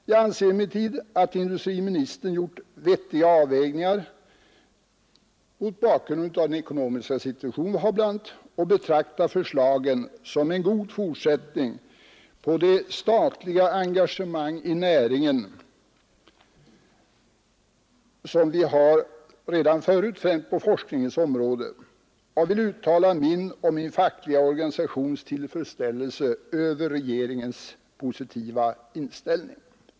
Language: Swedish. Jag anser emellertid att industriministern gjort vettiga avvägningar — bl.a. mot bakgrund av den ekonomiska situation vi befinner oss i — och betraktar förslagen som en god fortsättning på det statliga engagemang i näringen som finns redan förut, främst på forskningens område. Jag vill uttala min och min fackliga organisations tillfredsställelse över regeringens positiva inställning.